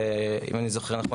אם אני זוכר נכון,